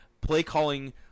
play-calling